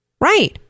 Right